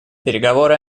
переговоры